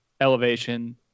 elevation